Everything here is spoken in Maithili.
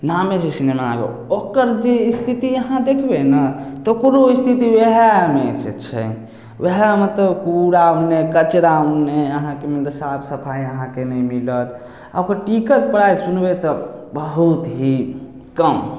नामे छै सिनेमाघर ओक्कर जे स्थिति अहाँ देखबै ने तऽ ओकरो स्थिति वएहमे से छै वएह मतलब कूड़ा ओन्ने कचरा ओन्ने अहाँके मिलत साफ सफाइ अहाँके नहि मिलत आ ओकर टिकट प्राइस सुनबै तऽ बहुत ही कम